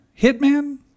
Hitman